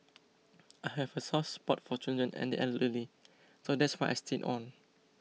I have a soft spot for children and the elderly so that's why I stayed on